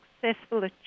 successful